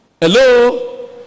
Hello